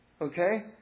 okay